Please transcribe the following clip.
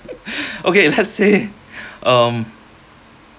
okay let's say um